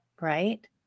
Right